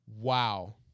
wow